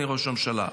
אדוני ראש הממשלה.